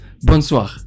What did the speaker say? Bonsoir